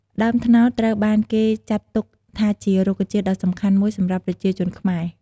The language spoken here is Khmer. ដើមត្នោតត្រូវបានគេចាត់ទុកថាជារុក្ខជាតិដ៏សំខាន់មួយសម្រាប់ប្រជាជនខ្មែរ។